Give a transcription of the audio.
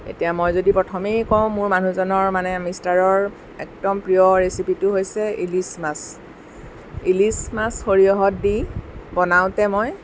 এতিয়া মই যদি প্ৰথমে কওঁ মোৰ মানুহজনৰ মানে মিষ্টাৰৰ একদম প্ৰিয় ৰেচিপিটো হৈছে ইলিছ মাছ ইলিছ মাছ সৰিয়হত দি বনাওঁতে মই